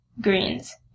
greens